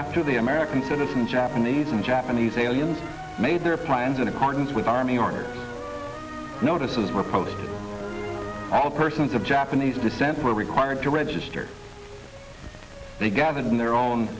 to the american citizen japanese and japanese aliens made their plans in accordance with army order notices were posted all persons of japanese descent were required to register they gathered in their own